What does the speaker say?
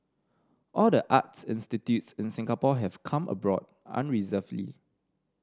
all the arts institutes in Singapore have come aboard unreservedly